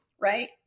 right